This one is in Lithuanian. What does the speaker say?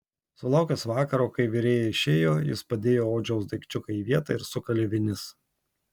sulaukęs vakaro kai virėja išėjo jis padėjo odžiaus daikčiuką į vietą ir sukalė vinis